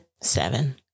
seven